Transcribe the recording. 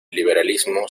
liberalismo